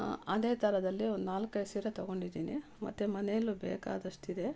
ಅದೇ ಥರದಲ್ಲಿ ಒಂದು ನಾಲ್ಕೈದು ಸೀರೆ ತಗೊಂಡಿದ್ದೀನಿ ಮತ್ತು ಮನೆಯಲ್ಲು ಬೇಕಾದಷ್ಟಿದೆ